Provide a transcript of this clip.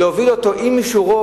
להוביל אותו עם אישורו,